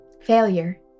Failure